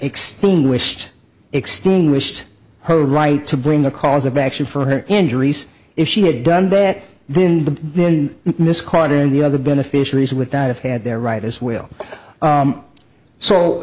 extinguished extinguished her right to bring a cause of action for her injuries if she had done that then the then miss carter and the other beneficiaries with that have had their right as well